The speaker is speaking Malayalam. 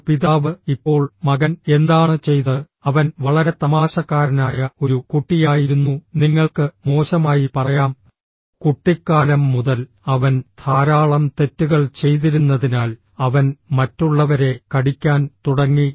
ഒരു പിതാവ് ഇപ്പോൾ മകൻ എന്താണ് ചെയ്തത് അവൻ വളരെ തമാശക്കാരനായ ഒരു കുട്ടിയായിരുന്നു നിങ്ങൾക്ക് മോശമായി പറയാം കുട്ടിക്കാലം മുതൽ അവൻ ധാരാളം തെറ്റുകൾ ചെയ്തിരുന്നതിനാൽ അവൻ മറ്റുള്ളവരെ കടിക്കാൻ തുടങ്ങി